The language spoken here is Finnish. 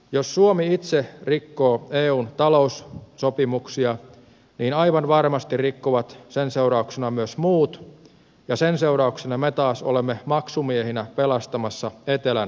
jos suomi itse rikkoo eun taloussopimuksia niin aivan varmasti rikkovat sen seurauksena myös muut ja sen seurauksena me taas olemme maksumiehinä pelastamassa etelän maita